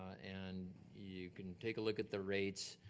and you can take a look at the rates.